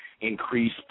increase